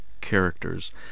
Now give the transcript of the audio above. characters